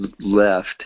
left